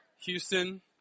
Houston